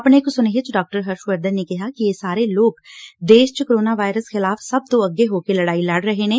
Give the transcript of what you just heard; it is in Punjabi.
ਆਪਣੇ ਇਕ ਸੁਨੇਹੇ ਚ ਡਾ ਹਰਸ਼ ਵਰਧਨ ਨੇ ਕਿਹਾ ਕਿ ਇਹ ਸਾਰੇ ਲੋਕ ਦੇਸ਼ ਚ ਕੋਰੋਨਾ ਵਾਇਰਸ ਖਿਲਾਫ਼ ਸਭ ਤੋਂ ਅੱਗੇ ਹੋ ਕੇ ਲੜਾਈ ਲੜ ਰਹੇ ਨੇ